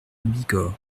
bigorre